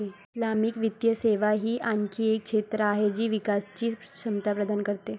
Islamic वित्तीय सेवा ही आणखी एक क्षेत्र आहे जी विकासची क्षमता प्रदान करते